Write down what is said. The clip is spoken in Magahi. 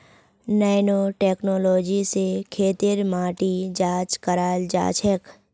नैनो टेक्नोलॉजी स खेतेर माटी जांच कराल जाछेक